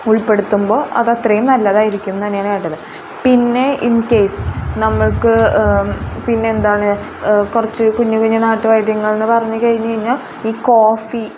ഉൾപ്പെടുത്തുമ്പോൾ അത് അത്രയും നല്ലതായിരിക്കും എന്ന് തന്നെയാണ് വേണ്ടത് പിന്നെ ഇൻ കേസ് നമ്മൾക്ക് പിന്നെന്താണ് കുറച്ച് കുഞ്ഞ് കുഞ്ഞ് നാട്ടു വൈദ്യങ്ങൾ എന്ന് പറഞ്ഞ് കഴിഞ്ഞ് കഴിഞ്ഞാൽ ഈ കോഫി